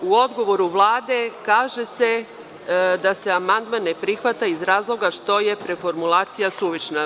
U odgovoru Vlade kaže se da se amandman ne prihvata iz razloga što je preformulacija suvišna.